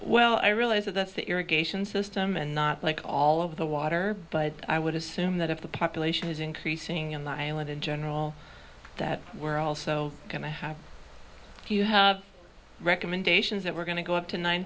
well i realize that that's the irrigation system and not like all of the water but i would assume that if the population is increasing and i live in general that we're also going to have if you have recommendations that we're going to go up to nine